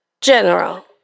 General